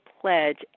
pledge